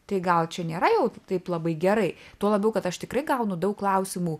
tai gal čia nėra jau taip labai gerai tuo labiau kad aš tikrai gaunu daug klausimų